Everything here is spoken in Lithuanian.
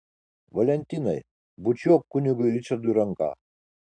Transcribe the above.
valentinai bučiuok kunigui ričardui ranką